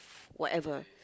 whatever